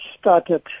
started